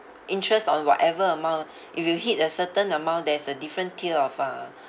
interest on whatever amount if you hit a certain amount there's a different tier of uh